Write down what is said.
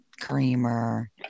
creamer